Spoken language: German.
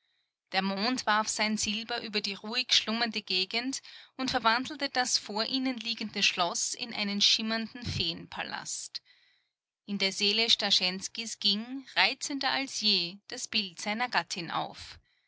der mond warf sein silber über die ruhig schlummernde gegend und verwandelte das vor ihnen liegende schloß in einen schimmernden feenpalast in der seele starschenskys ging reizender als je das bild seiner gattin auf